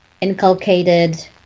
inculcated